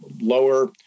lower